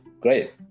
Great